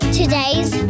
today's